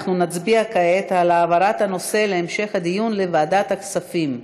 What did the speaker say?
אנחנו נצביע כעת על העברת הנושא להמשך הדיון לוועדת הכספים.